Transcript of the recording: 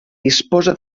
disposa